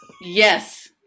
yes